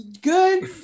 good